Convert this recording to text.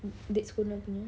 Dad's Corner punya